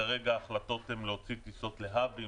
כרגע ההחלטות הם להוציא טיסות להאבים,